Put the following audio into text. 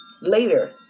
later